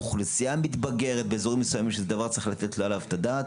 אוכלוסייה מתבגרת באזורים מסוימים שזה דבר צריך לתת עליו את הדעת.